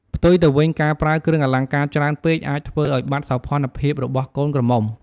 ផ្ទុយទៅវិញការប្រើគ្រឿងអលង្ការច្រើនពេកអាចធ្វើឲ្យបាត់សោភ័ណភាពរបស់កូនក្រមុំ។